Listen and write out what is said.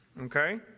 Okay